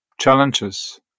challenges